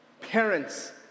Parents